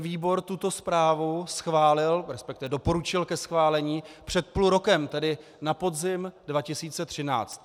Výbor tuto zprávu schválil, resp. doporučil ke schválení, před půl rokem, tedy na podzim 2014.